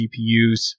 gpus